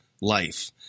life